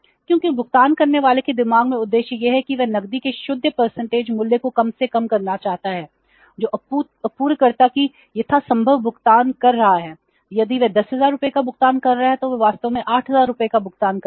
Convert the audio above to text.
क्योंकि भुगतान करने वाले के दिमाग में उद्देश्य यह है कि वह नकदी के शुद्ध मूल्य को कम से कम करना चाहता था जो आपूर्तिकर्ता को यथासंभव भुगतान कर रहा है यदि वह 10000 रुपये का भुगतान कर रहा है तो वह वास्तव में 8000 रुपये का भुगतान कर रहा है